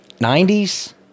90s